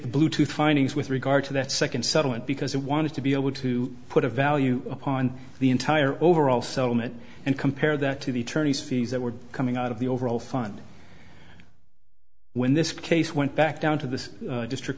the bluetooth findings with regard to that second settlement because it wanted to be able to put a value upon the entire overall settlement and compare that to the attorneys fees that were coming out of the overall fund when this case went back down to this district